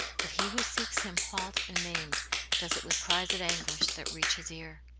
that he who seeks him halt and maimed does it with cries of anguish that reach his ear.